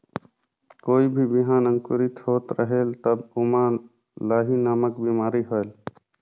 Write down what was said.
कोई भी बिहान अंकुरित होत रेहेल तब ओमा लाही नामक बिमारी होयल?